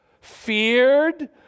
Feared